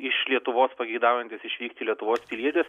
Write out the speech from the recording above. iš lietuvos pageidaujantis išvykti lietuvos pilietis